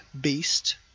Beast